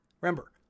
Remember